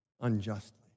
unjustly